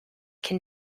can